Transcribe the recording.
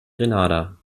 grenada